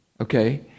okay